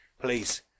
please